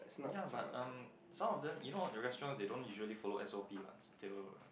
ya but um some of them you know all the restaurants they don't usually follow S_O_P what they will